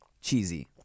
cheesy